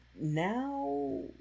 Now